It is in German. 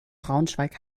braunschweig